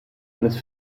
eines